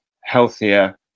healthier